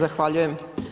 Zahvaljujem.